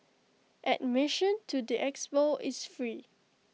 admission to the expo is free